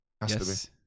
Yes